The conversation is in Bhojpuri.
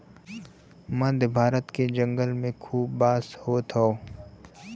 मध्य भारत के जंगल में खूब बांस होत हौ